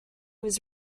was